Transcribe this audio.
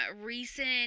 recent